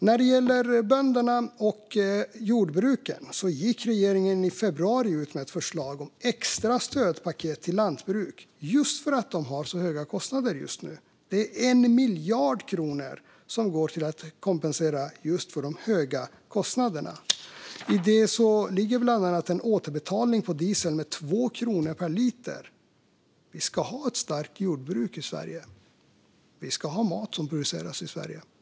När det gäller bönderna och jordbruken gick regeringen i februari ut med ett förslag om extra stödpaket till lantbruk just för att de har så höga kostnader just nu. Det är 1 miljard kronor som går till att kompensera just för de höga kostnaderna. I detta ligger bland annat en återbetalning på diesel med 2 kronor per liter. Vi ska ha ett starkt jordbruk i Sverige. Vi ska ha mat som produceras i Sverige.